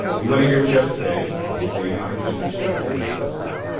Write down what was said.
we want to hear what you have to say. we'll tell you how to get in touch at the end of this episode.